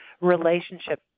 relationship